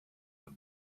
and